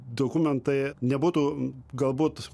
dokumentai nebūtų galbūt